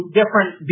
different